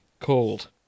called